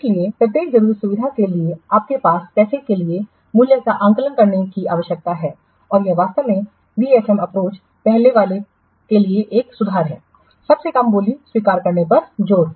इसलिए प्रत्येक जरूरी सुविधा के लिए आपके पास पैसे के लिए मूल्य का आकलन करने की आवश्यकता है और यह वास्तव में VFM अप्रोच पहले वाले के लिए एक सुधार है सबसे कम बोली स्वीकार करने पर जोर